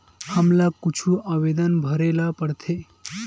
हमला कुछु आवेदन भरेला पढ़थे?